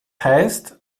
heißt